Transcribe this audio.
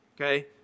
Okay